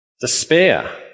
despair